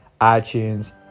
itunes